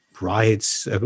riots